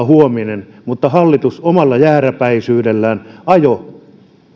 huominen mutta hallitus omalla jääräpäisyydellään ajoi